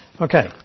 Okay